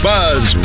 Buzz